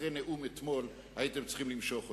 אחרי נאום אתמול הייתם צריכים למשוך אותה.